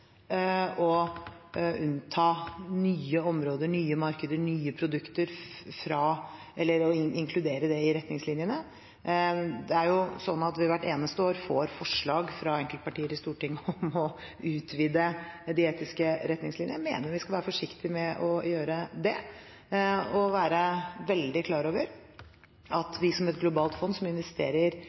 å inkludere nye områder, nye markeder, nye produkter i retningslinjene. Det er jo slik at vi hvert eneste år får forslag fra enkelte partier i Stortinget om å utvide de etiske retningslinjene. Jeg mener vi skal være forsiktige med å gjøre det, og vi skal være veldig klar over at med et globalt fond som investerer